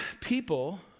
people